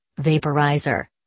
vaporizer